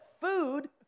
food